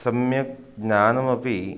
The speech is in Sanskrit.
सम्यक् ज्ञानमपि